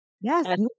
Yes